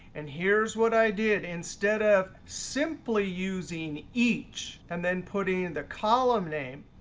and here's what i did. instead of simply using each and then putting in the column name,